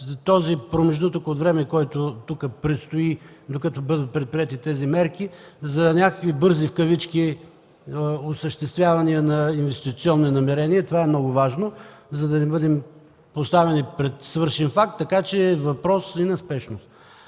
промеждутъкът от време, който предстои, докато бъдат предприети тези мерки, за някакви „бързи” осъществявания на инвестиционни намерения – това е много важно, за да не бъдем поставени пред свършен факт. Така че е въпрос и на спешност.